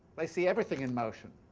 they see everything in motion.